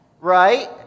right